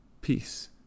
Peace